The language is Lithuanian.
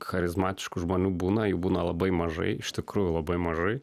charizmatiškų žmonių būna jų būna labai mažai iš tikrųjų labai mažai